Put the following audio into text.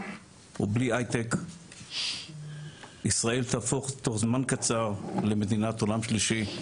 ובלי הייטק ישראל תהפוך תוך זמן קצר למדינת עולם שלישי,